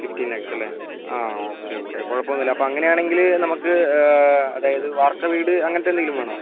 fifteen lakhs അല്ലേ ആ okay okay കുഴപ്പമൊന്നുമില്ല അപ്പം അങ്ങനെയാണെങ്കിൽ നമുക്ക് അതായത് വാര്ക്ക വീട് അങ്ങനത്തെ എന്തെങ്കിലും വേണോ